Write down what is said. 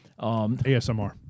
ASMR